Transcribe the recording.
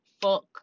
fuck